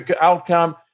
outcome